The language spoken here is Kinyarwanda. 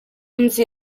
nzi